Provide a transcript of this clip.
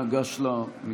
אנא גש למיקרופון.